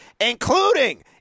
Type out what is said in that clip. including